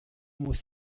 muss